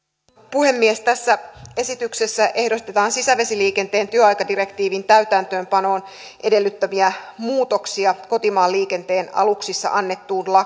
puhemies tässä esityksessä ehdotetaan sisävesiliikenteen työaikadirektiivin täytäntöönpanon edellyttämiä muutoksia työajasta kotimaanliikenteen aluksissa annettuun